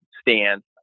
stance